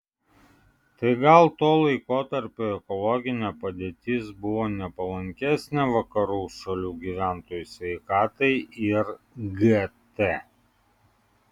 tai gal to laikotarpio ekologinė padėtis buvo nepalankesnė vakarų šalių gyventojų sveikatai ir gt